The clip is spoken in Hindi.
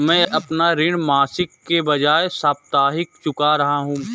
मैं अपना ऋण मासिक के बजाय साप्ताहिक चुका रहा हूँ